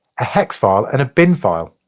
a hex file and a bin file.